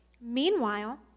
Meanwhile